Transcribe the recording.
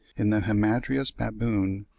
in the hamadryas baboon,